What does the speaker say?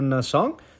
song